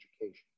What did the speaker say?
education